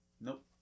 Nope